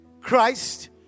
Christ